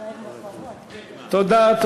תודה.